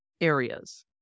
areas